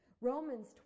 Romans